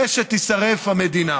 ושתישרף המדינה.